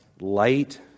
light